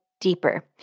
deeper